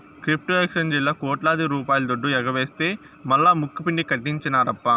crypto ఎక్సేంజీల్లా కోట్లాది రూపాయల దుడ్డు ఎగవేస్తె మల్లా ముక్కుపిండి కట్టించినార్ప